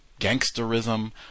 gangsterism